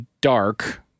dark